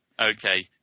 Okay